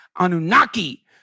Anunnaki